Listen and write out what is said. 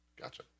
Gotcha